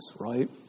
right